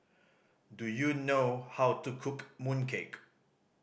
do you know how to cook mooncake